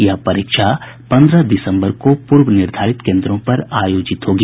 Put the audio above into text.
यह परीक्षा पन्द्रह दिसम्बर को पूर्व निर्धारित केन्द्रों पर आयोजित होगी